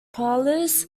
parlors